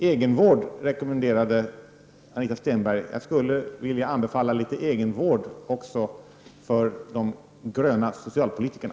Egenvård, rekommenderade Anita Stenberg. Jag skulle vilja anbefalla litet egenvård också för de gröna socialpolitikerna.